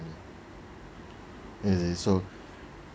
it is so